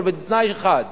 אבל בתנאי אחד,